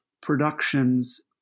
productions